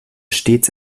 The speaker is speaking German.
stets